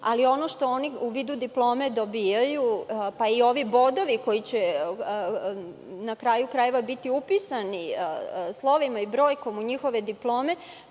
ali ono što oni u vidu diplome dobijaju, pa i ovi bodovi koji će na kraju krajeva biti upisani slovima i brojkom u njihove diplome